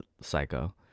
psycho